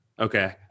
Okay